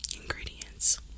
ingredients